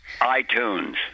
iTunes